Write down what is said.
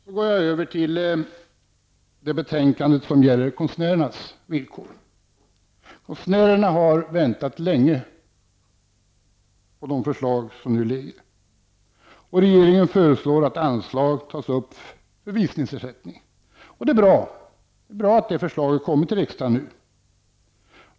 Jag vill också säga något om det betänkande som gäller konstnärernas villkor. Konstnärerna har väntat länge på de förslag som nu föreligger. Regeringen föreslår att anslag tas upp för visningsersättning. Det är bra att det förslaget nu har kommit till riksdagen.